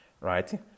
right